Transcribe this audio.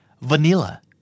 vanilla